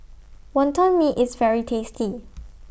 Wonton Mee IS very tasty